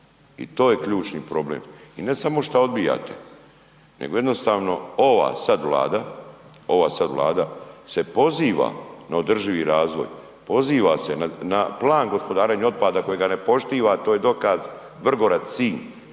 i to je ključni problem. I ne samo što odbijate, nego jednostavno ova sad Vlada, ova sad Vlada se poziva na održivi razvoj, poziva se na plan gospodarenja otpada kojega ne poštiva a to je dokaz Vrgorac-Sinj